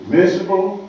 Miserable